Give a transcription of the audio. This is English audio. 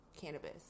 cannabis